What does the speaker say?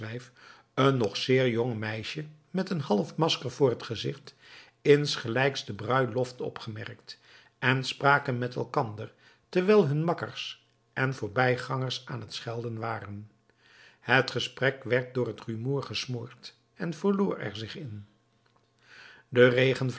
een nog zeer jong meisje met een half masker voor het gezicht insgelijks de bruiloft opgemerkt en spraken met elkander terwijl hun makkers en de voorbijgangers aan t schelden waren het gesprek werd door het rumoer gesmoord en verloor er zich in de